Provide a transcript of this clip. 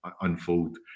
unfold